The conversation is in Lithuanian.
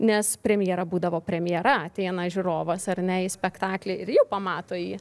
nes premjera būdavo premjera ateina žiūrovas ar ne į spektaklį ir jau pamato jį